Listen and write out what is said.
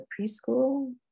preschool